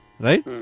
Right